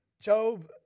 Job